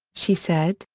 she said,